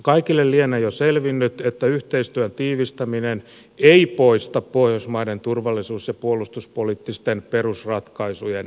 kaikille lienee jo selvinnyt että yhteistyön tiivistäminen ei poista pohjoismaiden turvallisuus ja puolustuspoliittisten perusratkaisujen eroja